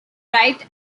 right